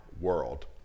world